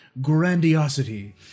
grandiosity